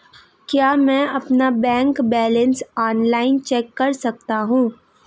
क्या मैं अपना बैंक बैलेंस ऑनलाइन चेक कर सकता हूँ?